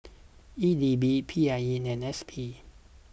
E D B P I E and S P